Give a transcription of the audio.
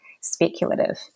speculative